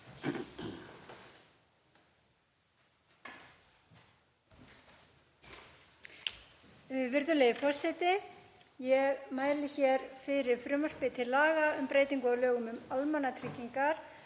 Virðulegi forseti. Ég mæli hér fyrir frumvarpi til laga um breytingu á lögum um almannatryggingar,